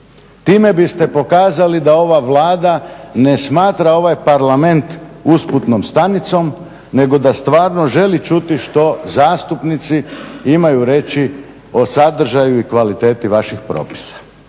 Time biste pokazali da ova Vlada ne smatra ovaj Parlament usputnom stanicom nego da stvarno želi čuti što zastupnici imaju reći o sadržaju i kvaliteti vašeg propisa.